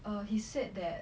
err he said that